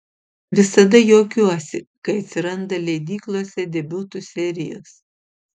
visada juokiuosi kai atsiranda leidyklose debiutų serijos